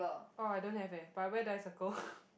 orh I don't have eh but where do I circle